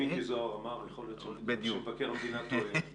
אם מיקי זוהר אמר יכול להיות שמבקר המדינה טועה.